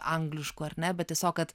angliškų ar ne bet tiesiog kad